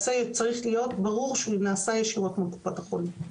צריך להיות ברור שהוא נעשה ישירות מול קופת החולים.